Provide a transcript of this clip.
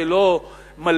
זה לא מלבין,